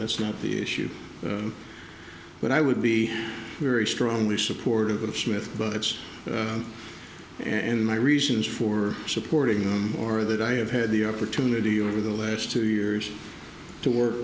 that's not the issue but i would be very strongly supportive of smith but it's in my reasons for supporting him or that i have had the opportunity over the edge two years to work